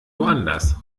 woanders